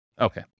Okay